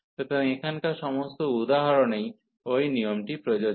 সুতরাং এখানকার সমস্ত উদাহরণেই ঐ নিয়মটি প্রযোজ্য